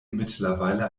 mittlerweile